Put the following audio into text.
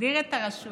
תסדיר את הרשויות.